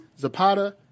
Zapata